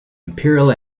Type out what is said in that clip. imperial